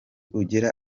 ugera